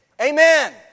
Amen